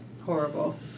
horrible